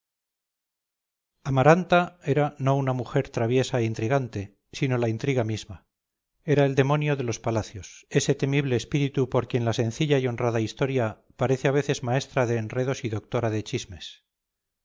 amaranta era no una mujer traviesa e intrigante sino la intriga misma era el demonio de los palacios ese temible espíritu por quien la sencilla y honrada historia parece a veces maestra de enredos y doctora de chismes